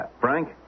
Frank